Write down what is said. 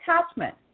attachment